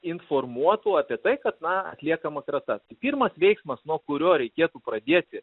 informuotų apie tai kad na atliekama krata pirmas veiksmas nuo kurio reikėtų pradėti